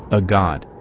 a god.